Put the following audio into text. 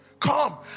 Come